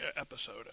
episode